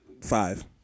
Five